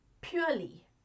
purely